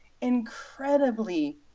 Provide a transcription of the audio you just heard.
incredibly